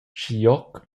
schiglioc